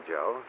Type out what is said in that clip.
Joe